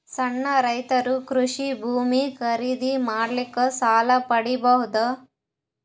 ಸಣ್ಣ ರೈತರು ಕೃಷಿ ಭೂಮಿ ಖರೀದಿ ಮಾಡ್ಲಿಕ್ಕ ಸಾಲ ಪಡಿಬೋದ?